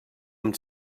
amb